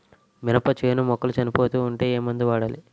మినప చేను మొక్కలు చనిపోతూ ఉంటే ఏమందు వాడాలి?